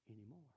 anymore